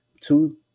two